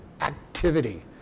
activity